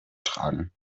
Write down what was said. tragen